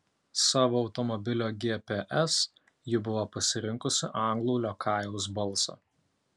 savo automobilio gps ji buvo pasirinkusi anglų liokajaus balsą